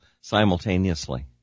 simultaneously